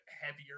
heavier